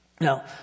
Now